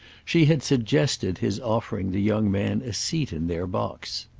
she had suggested his offering the young man a seat in their box.